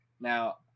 Now